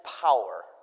power